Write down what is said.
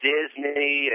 Disney